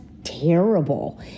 terrible